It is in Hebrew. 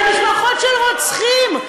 למשפחות של רוצחים,